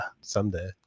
someday